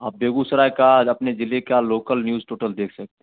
आप बेगूसराय का अपने ज़िले का लोकल न्यूज टोटल देख सकते